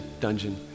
dungeon